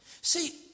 See